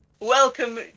Welcome